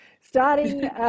starting